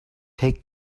take